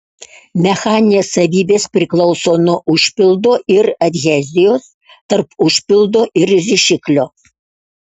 mechaninės savybės priklauso nuo užpildo ir adhezijos tarp užpildo ir rišiklio